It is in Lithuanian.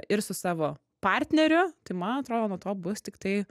ir su savo partneriu tai man atrodo nuo to bus tiktai